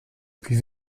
plus